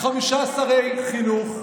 חמישה שרי חינוך,